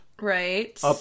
Right